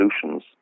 solutions